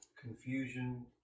Confusion